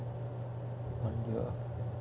one year